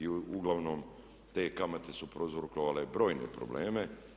Uglavnom te kamate su prouzrokovale brojne probleme.